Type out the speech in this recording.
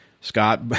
Scott